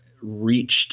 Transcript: reached